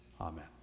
Amen